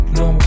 no